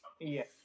Yes